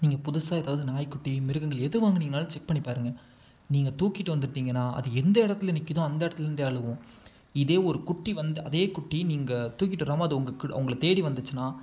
நீங்கள் புதுசாக ஏதாவது நாய் குட்டி மிருகங்கள் எது வாங்கினீங்கனாலும் செக் பண்ணி பாருங்க நீங்கள் தூக்கிட்டு வந்துட்டீங்கன்னா அது எந்த இடத்துல நிற்கிதோ அந்த இடத்துலேருந்தே அழுகும் இதே ஒரு குட்டி வந்து அதே குட்டி நீங்கள் தூக்கிட்டு வராமல் அது உங்கள் கிட் உங்களை தேடி வந்துச்சின்னா